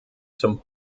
zum